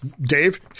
Dave